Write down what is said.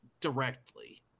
directly